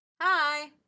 Hi